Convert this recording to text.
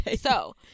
so-